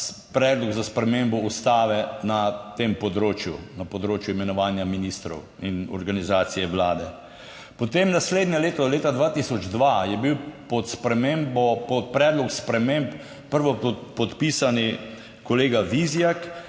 predlog za spremembo Ustave na tem področju, na področju imenovanja ministrov in organizacije vlade. Potem naslednje leto, leta 2002 je bil pod predlog sprememb prvo podpisani kolega Vizjak,